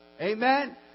Amen